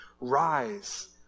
rise